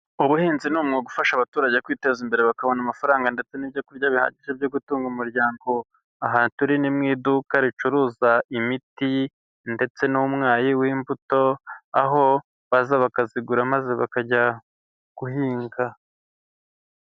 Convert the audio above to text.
Ubuhinzi ni umwuga ufasha abaturage kwiteza imbere bakabona amafaranga ndetse n'ibyo kurya bihagije byo gutunga umuryango, aha turi ni mu iduka ricuruza imiti ndetse n'umwayi w'imbuto aho baza bakazigura maze bakajya guhinga.